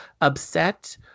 upset